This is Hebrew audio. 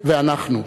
ו"אנחנו".